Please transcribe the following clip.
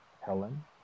Helen